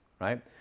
right